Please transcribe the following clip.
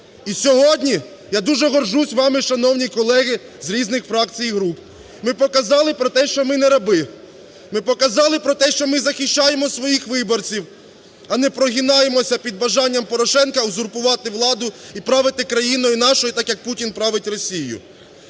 І сьогодні я дуже горджусь вами, шановні колеги з різних фракцій і груп, ви показали про те, що ми – не раби. Ми показали про те, що ми захищаємо своїх виборців, а не прогинаємося під бажанням Порошенка узурпувати владу і правити країною нашою так, як Путін править Росією.